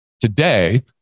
today